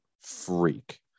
freak